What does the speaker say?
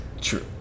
True